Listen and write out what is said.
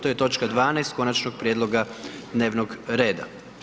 To je točka 12. konačnog prijedloga dnevnog reda.